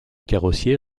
carrossier